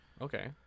okay